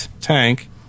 Tank